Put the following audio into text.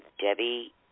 Debbie